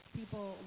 people